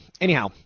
anyhow